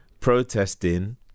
protesting